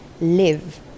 live